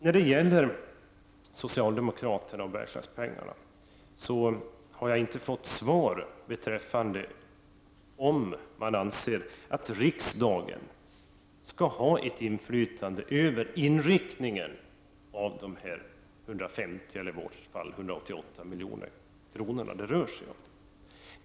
När det gäller Bergslagenpengarna har jag inte fått något svar från socialdemokraterna på om huruvida man anser att riksdagen skall ha ett inflytande över inriktningen av de 150 milj.kr. — i vårt fall 188 milj.kr. — som det rör sig om.